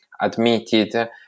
admitted